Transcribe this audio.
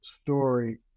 story